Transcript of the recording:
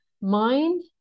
mind